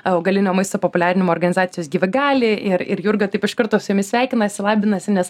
augalinio maisto populiarinimo organizacijos giva gali ir ir jurga taip iš karto su jomis sveikinasi labinasi nes